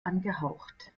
angehaucht